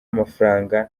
amafaranga